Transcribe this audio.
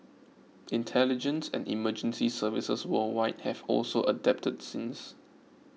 intelligence and emergency services worldwide have also adapted since